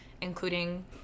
including